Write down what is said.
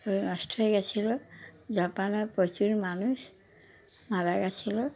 পুরো নষ্ট হয়ে গিয়েছিল জাপানের প্রচুর মানুষ মারা গিয়েছিল